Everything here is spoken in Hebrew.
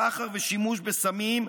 סחר ושימוש בסמים,